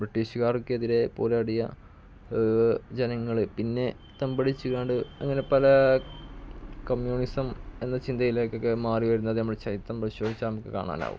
ബ്രിട്ടീഷുകാര്ക്കെതിരെ പോരാടിയ ജനങ്ങള് പിന്നെ തമ്പടിച്ച് കൊണ്ട് ഇങ്ങനെ പല കമ്മ്യൂണിസം എന്ന ചിന്തയിലേക്കൊക്കെ മാറി വരുന്നത് നമ്മുടെ ചരിത്രം പരിശോധിച്ചാല് നമുക്ക് കാണാനാകും